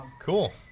cool